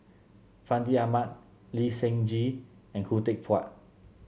Fandi Ahmad Lee Seng Gee and Khoo Teck Puat